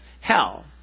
hell